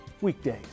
weekdays